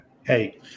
Hey